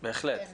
בהחלט.